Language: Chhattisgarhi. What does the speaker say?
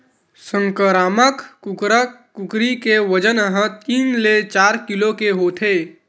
संकरामक कुकरा कुकरी के बजन ह तीन ले चार किलो के होथे